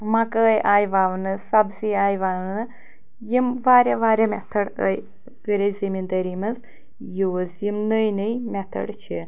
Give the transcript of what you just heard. مَکٲے آے وَونہٕ سبزی آے وَونہٕ یِم واریاہ واریاہ مٮ۪تھٲڈ آے کٔرۍ أسۍ زمیٖندٲری منٛز یوٗز یِم نٔے نٔے مٮ۪تھٲڈ چھِ